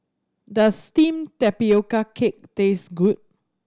does steamed tapioca cake taste good